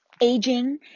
aging